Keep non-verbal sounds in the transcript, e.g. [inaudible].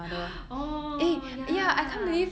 [noise] oh ya